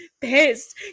pissed